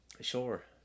Sure